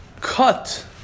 cut